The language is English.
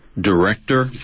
director